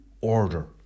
order